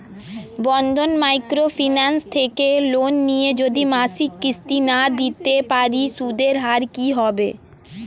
বন্ধন micro finance থেকে loan নিয়ে যদি মাসিক কিস্তি না দিতে পারি সুদের হার কি হবে?